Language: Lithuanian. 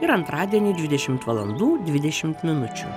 ir antradienį dvidešimt valandų dvidešimt minučių